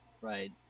Right